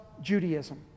Judaism